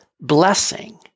blessing